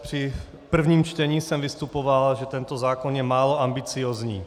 Při prvním čtení jsem vystupoval, že tento zákon je málo ambiciózní.